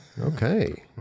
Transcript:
Okay